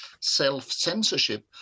self-censorship